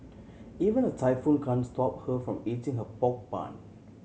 even a typhoon can stop her from eating her pork bun